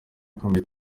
ikomeye